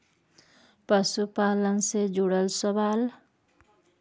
पशुपालन से जुड़ल सवाल?